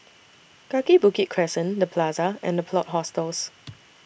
Kaki Bukit Crescent The Plaza and The Plot Hostels